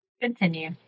Continue